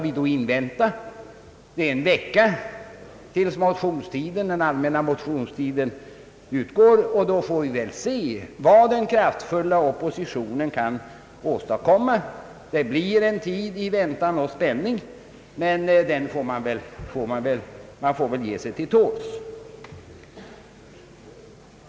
Om en vecka utgår den allmänna motionstiden, och då får vi väl se vad den kraftfulla oppositionen kan åstadkomma. Det blir en tid i väntan och spänning, men man får väl ge sig till tåls.